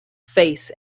face